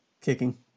kicking